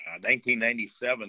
1997